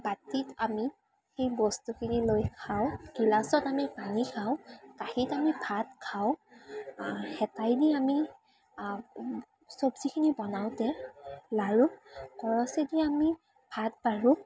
বাতিত আমি সেই বস্তুখিনি লৈ খাওঁ গিলাছত আমি পানী খাওঁ কাঁহীত আমি ভাত খাওঁ হেতাই দি আমি চবজিখিনি বনাওঁতে লাৰু কৰচি দি আমি ভাত বাঢ়োঁ